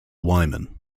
wyman